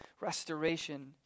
restoration